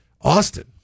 Austin